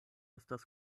estas